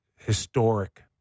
historic